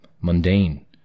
mundane